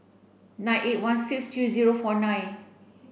nine eight one six three zero four nine